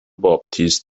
باپتیست